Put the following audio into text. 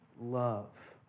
love